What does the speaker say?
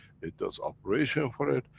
it does operation for it,